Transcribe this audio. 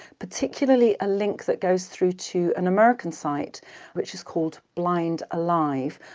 particularly a link that goes through to an american site which is called blind alive,